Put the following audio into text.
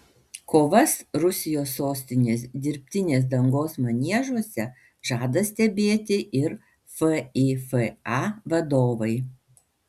kovas rusijos sostinės dirbtinės dangos maniežuose žada stebėti ir fifa vadovai